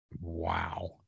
Wow